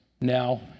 now